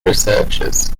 researchers